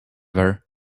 her